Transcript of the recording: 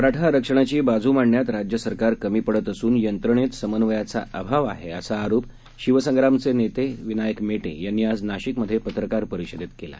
मराठा आरक्षणाची बाजू मांडण्यात राज्य सरकार कमी पडत असून यंत्रणेत समन्वयाचा अभाव आहे असा आरोप शिवसंग्रामचे नेते विनायक मेटे यांनी आज नाशिकमध्ये पत्रकार परिषदेत केला